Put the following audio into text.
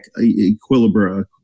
equilibrium